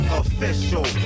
official